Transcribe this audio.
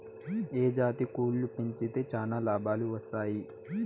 ఏ జాతి కోళ్లు పెంచితే చానా లాభాలు వస్తాయి?